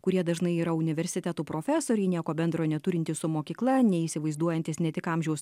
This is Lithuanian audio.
kurie dažnai yra universitetų profesoriai nieko bendro neturintys su mokykla neįsivaizduojantys ne tik amžiaus